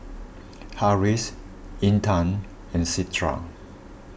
Harris Intan and Citra